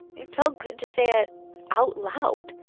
it felt good to say it out loud.